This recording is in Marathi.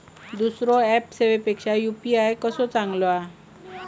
दुसरो ऍप सेवेपेक्षा यू.पी.आय कसो चांगलो हा?